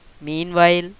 Meanwhile